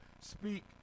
speak